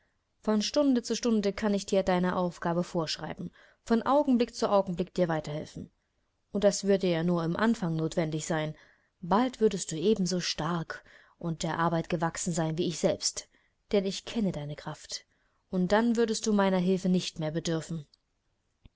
von stunde zu stunde kann ich dir deine aufgabe vorschreiben von augenblick zu augenblick dir weiterhelfen und das würde ja nur im anfang notwendig sein bald würdest du ebenso stark und der arbeit gewachsen sein wie ich selbst denn ich kenne deine kraft und dann würdest du meiner hilfe nicht mehr bedürfen